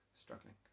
struggling